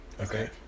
Okay